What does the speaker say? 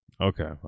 Okay